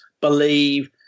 believe